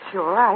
Sure